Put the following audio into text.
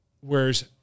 whereas